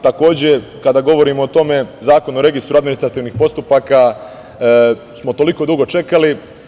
Takođe, kada govorimo o tome, Zakon o registru administrativnih postupaka smo toliko dugo čekali.